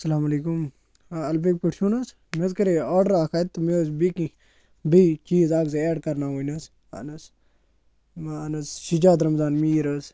اَسَلامُ علیکُم آ اَلبیگ پٮ۪ٹھ چھُو نہٕ حظ مےٚ حظ کَرے آرڈَر اَکھ اَتہِ تہٕ مےٚ حظ بیٚیہِ کینٛہہ بیٚیہِ چیٖز اَکھ زٕ ایٚڈ کَرناوٕنۍ حظ اہَن حظ اہَن حظ شِجاد رَمضان میٖر حظ